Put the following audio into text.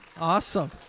Awesome